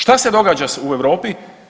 Šta se događa u Europi?